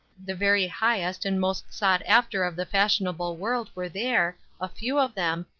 the very highest and most sought after of the fashionable world were there, a few of them,